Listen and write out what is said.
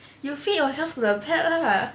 you feed yourself to the pet lah